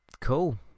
Cool